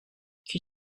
qui